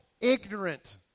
ignorant